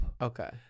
Okay